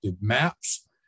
maps